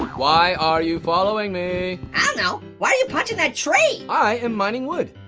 why are you following me? i dunno. why are you punching that tree? i am mining wood.